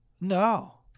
No